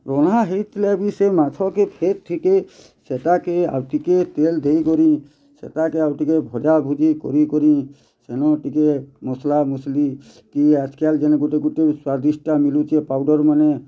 ରନ୍ଧା ହେଇଥିଲେ ବି ସେ ମାଛକେ ଫେର୍ ଟିକେ ସେଟାକେ ଆଉ ଟିକେ ତେଲ୍ ଦେଇକରି ସେତାକେ ଆଉ ଟିକେ ଭଜାଭୁଜି କରିକରି ସେନ ଟିକେ ମସଲା ମୁସଲି କି ଆଏଜ୍ କେଲ୍ ଯେନ୍ ଗୁଟେ ଗୁଟେ ସ୍ୱାଦିଷ୍ଟ୍ ଟା ମିଲୁଛେ ପାଉଡ଼ର୍ ମାନେ